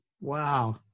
Wow